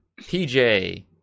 PJ